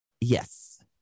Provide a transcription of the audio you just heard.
Yes